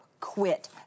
quit